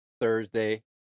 Thursday